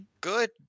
good